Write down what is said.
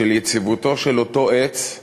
של יציבותו של אותו עץ,